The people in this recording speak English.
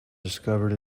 discovered